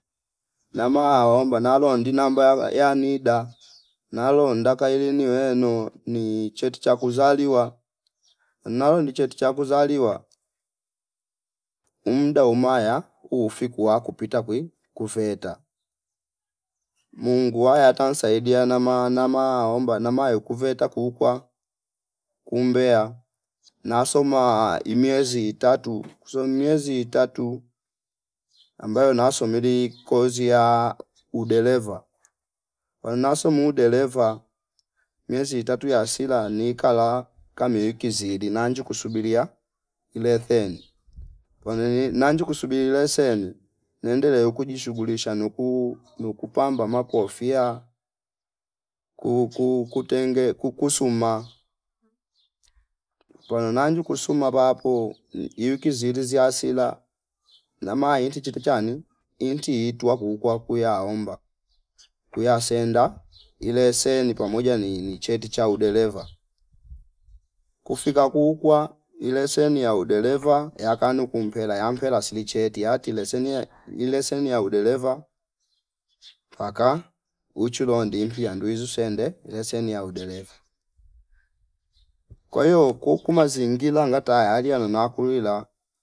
Nama waomba nalondina mbayama ya nida nalo ndaka ili niweno ni cheti cha kuzaliwa naundi cheti cha kuzaliwa uumda umaya ufiku wakupita kwi kuveta Mungu waya ata nisaidia nama- nama omba namayu kuveta kuukwa kumbea nasoma imiezi tatu kusom miezi itatu ambayo nasomili kozi ya udeleva kwayu nasom udeleva miezi itatu ya sila nikala kami wikizidi nanju kusumbilia ilefen panoni nanju kusubilile leseni nendele kujishughulisha noku nuku pamba makofia ku- ku- kutenge kukusuma pano nanji kusuma papo ikiuzidi ziasila nama iti titichani inti itwa kuu kwaku yaomba kuyasenda ile seni pamoja ni cheti cha uderevea kufika kukwa ileseni yua udereva yakanu kumpera yampera sini cheti hati leseni ye ileseni ya udeleva paka uchulo ndiki yandwizu sende leseni ya udeleva kwa hio kukuma zingila ngata yaliana nana kuila